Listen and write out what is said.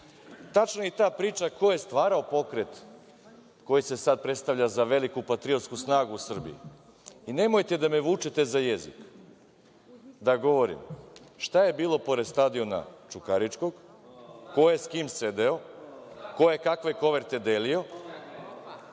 Tačna je i ta priča ko je stvarao pokret koji se sada predstavlja za veliku patriotsku snagu u Srbiji. Nemojte da me vučete za jezik da govorim šta je bilo pored stadiona „Čukaričkog“, ko je sa kim sedeo, ko je kakve koverte delio